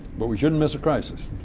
but we shouldn't miss a crisis.